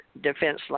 defense